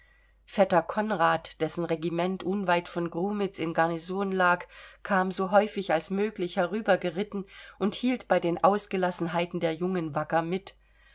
vetter konrad dessen regiment unweit von grumitz in garnison lag kam so häufig als möglich herübergeritten und hielt bei den ausgelassenheiten der jungen wacker mit